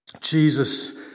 Jesus